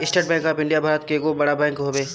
estate Bank of India Bharat के एगो बड़ बैंक हवे